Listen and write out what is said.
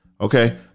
Okay